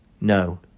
No